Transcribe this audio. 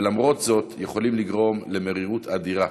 ולמרות זאת יכולים לגרום למרירות אדירה.